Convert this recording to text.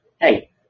hey